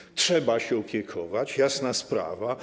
Nimi trzeba się opiekować - jasna sprawa.